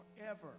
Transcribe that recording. forever